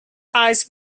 eyes